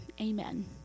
Amen